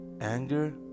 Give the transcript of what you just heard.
anger